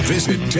Visit